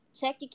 check